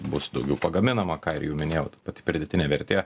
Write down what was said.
bus daugiau pagaminama ką ir jau minėjau ta pati pridėtinė vertė